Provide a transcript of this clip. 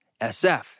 SF